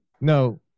No